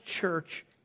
church